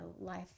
life